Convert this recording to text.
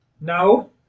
No